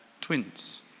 twins